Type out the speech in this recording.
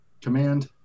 command